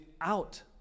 out